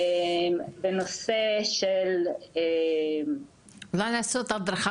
בנושא של --- אולי לעשות הדרכה